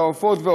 העופות,